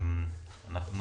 אנחנו